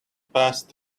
past